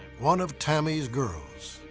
one of tammy's girls.